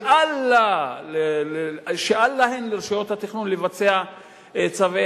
שאל להן לרשויות התכנון לבצע צווי